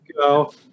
go